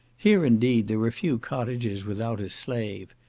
here, indeed, there were few cottages without a slave,